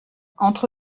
entre